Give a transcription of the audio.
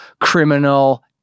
criminal